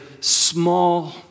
small